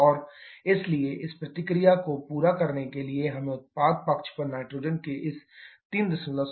और इसलिए इस प्रतिक्रिया को पूरा करने के लिए हमें उत्पाद पक्ष पर नाइट्रोजन के इस 376 मोल की भी आवश्यकता है